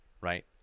Right